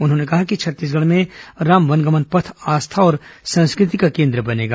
उन्होंने कहा कि छत्तीसगढ़ में राम वनगमन पथ आस्था और संस्कृति का केन्द्र बनेगा